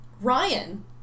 Ryan